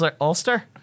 Ulster